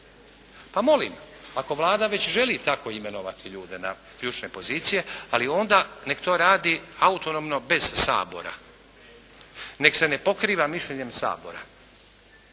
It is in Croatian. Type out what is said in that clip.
Pa molim, ako Vlada već želi tako imenovati ljude na ključne pozicije ali onda neka to radi autonomno bez Sabora. Nek se ne pokriva mišljenjem Sabora.